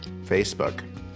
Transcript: Facebook